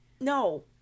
No